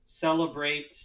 celebrate